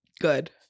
Good